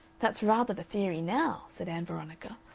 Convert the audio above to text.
that's rather the theory now, said ann veronica.